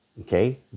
Okay